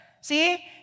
See